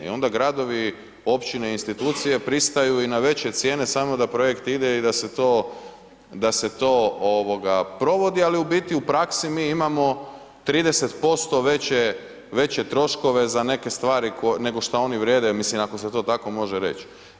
I onda gradovi, općine, institucije pristaju i na veće cijene samo da projekt ide i da se to provodi, ali u praksi mi imamo 30% veće troškove za neke stvari nego šta oni vrijedi, mislim ako se to tako može reć.